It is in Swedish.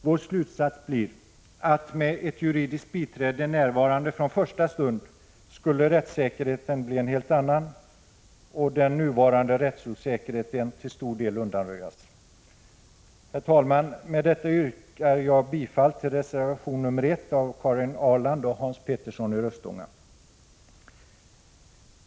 Vår slutsats blir att med ett juridiskt biträde närvarande från första stund skulle rättssäkerheten bli en helt annan och den nuvarande rättsosäkerheten till stor del undanröjas. Herr talman! Med detta yrkar jag bifall till reservation nr 1 av Karin Ahrland och Hans Petersson i Röstånga.